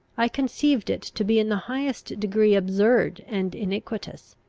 i conceived it to be in the highest degree absurd and iniquitous,